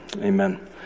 Amen